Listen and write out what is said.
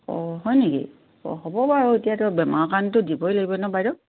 অঁ হয় নেকি অঁ হ'ব বাৰু এতিয়াতো বেমাৰ কাৰণটো দিবই লাগিব ন বাইদউ